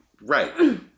Right